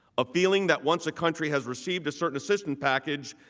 a feeling that once a country has received a certain assistance package,